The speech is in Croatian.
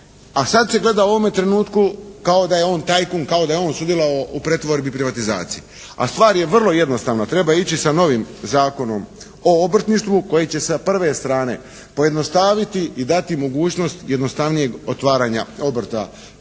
A sad se gleda u ovome trenutku, kao da je on tajkun, kao da je on sudjelovao u pretvorbi i privatizaciji. A stvar je vrlo jednostavna. Treba ići sa novim Zakonom o obrtništvu koji će sa prve strane pojednostaviti i dati mogućnost jednostavnijeg otvaranja obrta i svih